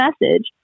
message